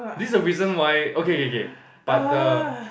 this is the reason why okay okay okay but the